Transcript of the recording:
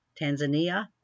Tanzania